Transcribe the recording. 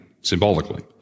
symbolically